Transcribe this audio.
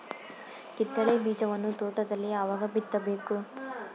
ಕಿತ್ತಳೆ ಬೀಜವನ್ನು ತೋಟದಲ್ಲಿ ಯಾವಾಗ ಬಿತ್ತಬೇಕು?